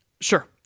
sure